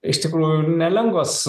iš tikrųjų nelengvas